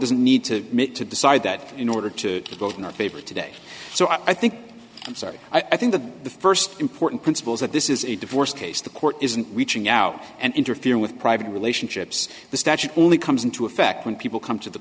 doesn't need to meet to decide that in order to vote in our favor today so i think i'm sorry i think that the first important principles that this is a divorce case the court isn't reaching out and interfere with private relationships the statute only comes into effect when people come to the